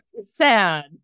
Sad